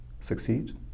succeed